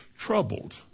troubled